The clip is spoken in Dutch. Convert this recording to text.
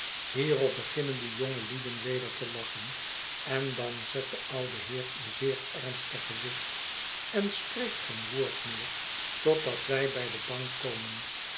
hierop beginnen de jongelieden weder te lachen en dan zet de oude heer een zeer ernstig gezicht en spreekt geen woord meer totdat wij bij de bank komen